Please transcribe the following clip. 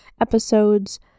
episodes